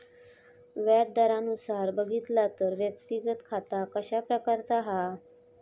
व्याज दरानुसार बघितला तर व्यक्तिगत खाता कशा प्रकारचा हा?